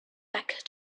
back